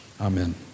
Amen